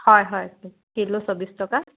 হয় হয় কিলো চল্লিছ টকা